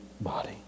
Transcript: body